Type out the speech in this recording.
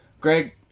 Greg